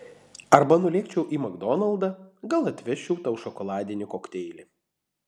arba nulėkčiau į makdonaldą gal atvežčiau tau šokoladinį kokteilį